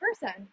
person